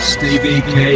Stevie